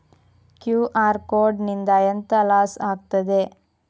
QR code ನಿಂದ ಎಂತ loss ಆಗ್ತದೆ?